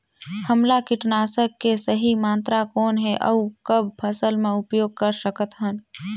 हमला कीटनाशक के सही मात्रा कौन हे अउ कब फसल मे उपयोग कर सकत हन?